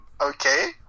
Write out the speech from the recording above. okay